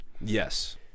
Yes